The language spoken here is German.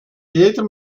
jeder